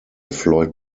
floyd